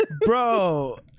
bro